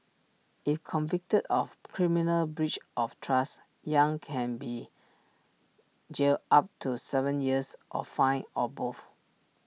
if convicted of criminal breach of trust yang can be jailed up to Seven years or fined or both